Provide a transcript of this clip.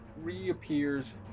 reappears